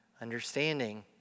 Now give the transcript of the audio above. Understanding